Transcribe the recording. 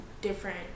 different